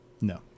No